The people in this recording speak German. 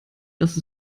dass